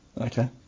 okay